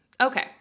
Okay